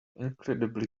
incredibly